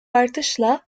artışla